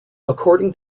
according